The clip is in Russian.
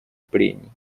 прений